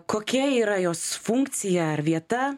kokia yra jos funkcija ar vieta